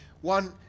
one